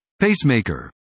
Pacemaker